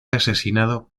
asesinado